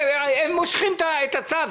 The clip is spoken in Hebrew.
הם מושכים את הצו.